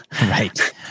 right